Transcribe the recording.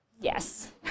Yes